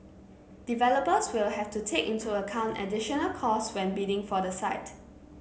developers will have to take into account additional costs when bidding for the site